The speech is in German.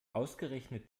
ausgerechnet